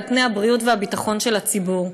על הבריאות והביטחון של הציבור.